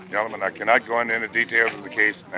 gentlemen, i cannot go into any details of the case